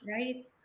right